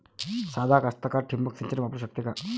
सादा कास्तकार ठिंबक सिंचन वापरू शकते का?